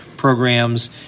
Programs